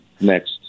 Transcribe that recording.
next